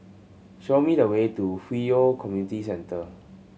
show me the way to Hwi Yoh Community Centre